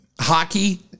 hockey